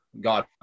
God